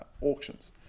auctions